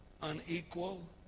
unequal